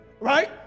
right